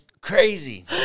crazy